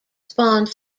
spawned